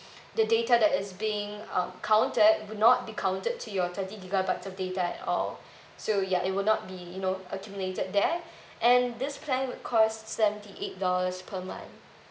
the data that is being uh counted will not be counted to your thirty gigabytes of data at all so ya it will not you know accumulated there and this plan will cost seventy eight dollars per month